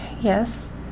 Yes